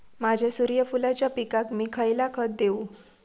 माझ्या सूर्यफुलाच्या पिकाक मी खयला खत देवू?